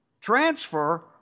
transfer